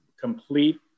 complete